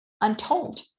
untold